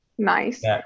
nice